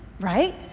right